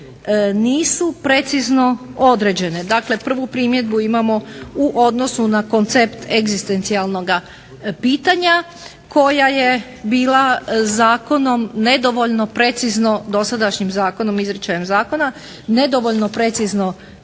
nisu precizno određene, dakle prvu primjedbu imamo u odnosu na koncept egzistencijalnoga pitanja koja je bila zakonom nedovoljno precizno, dosadašnjim zakonom, izričajem zakona nedovoljno precizno